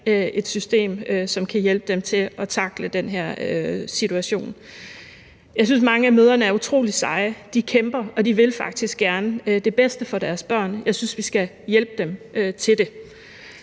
et system, som kan hjælpe dem til at tackle den her situation. Jeg synes, at mange af mødrene er utrolig seje. De kæmper, og de vil faktisk gerne det bedste for deres børn. Jeg synes, vi skal hjælpe dem med det.